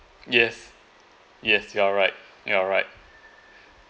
yes yes you are right you're right